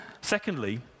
Secondly